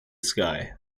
sky